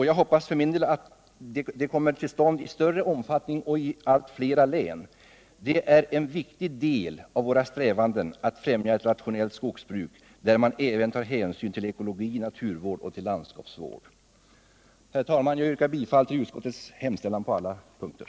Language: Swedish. Jag hoppas för min del att sådana kommer till stånd i större omfattning och i allt fler län. Det är en viktig del i våra strävanden att främja ett rationellt skogsbruk, där man tar hänsyn till ekologi, naturvård och landskapsvård. Herr talman! Jag yrkar bifall till utskottets hemställan på alla punkter.